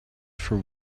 for